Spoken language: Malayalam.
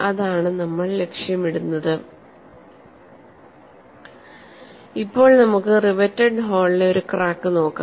അതാണ് നമ്മൾ ലക്ഷ്യമിടുന്നത് ഇപ്പോൾ നമുക്ക് റിവേറ്റഡ് ഹോളിലെ ഒരു ക്രാക്ക് നോക്കാം